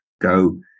go